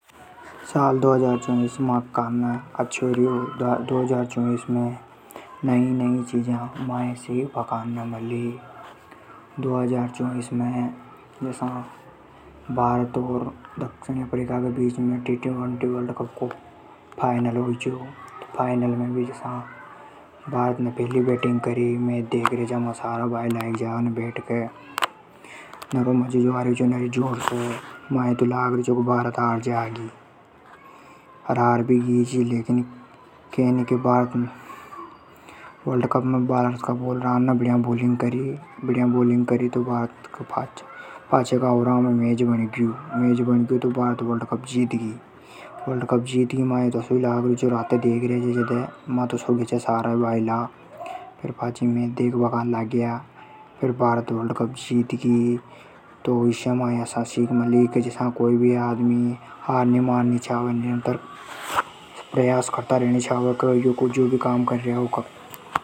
साल दो हज़ार चौबीस माके काने आछो रयो। दो हज़ार चौबीस में नई-नई चीजा माये सिखबा काने मली। दो हज़ार चौबीस में जसा भारत और दक्षिण अफ्रीका के बीच में टी टवेंटी वर्ल्ड कप को फाइनल होय चो। फाइनल में जसा भारत ने फेली बैटिंग करी। मैच देखर्या चा मा सारा भाईला एक जाग ने। नरो मजो आर्यो छो। माये तो लागर्यो छो क भारत हार जागी। अर हार भी गीची पर केवे नी के भारत का बालरा ने बढ़िया बॉलिंग करी। बढ़िया बॉलिंग करी तो पाछे का ओवरा में मैच बणग्यो। मैच बणग्यो तो भारत वर्ल्ड कप जीतगी। माये तो असो ही लागर्यो छो। मा तो सोग्या छा सारा ही भाईला। फेर पाछी मैच देखबा लाग्या। फेर भारत वर्ल्ड कप जीतगी। तो माई या सीख मली की कोई भी आदमी है हार नी माननी छावे प्रयास करता रेणी छावे।